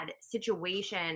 situation